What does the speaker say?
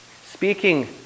Speaking